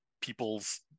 people's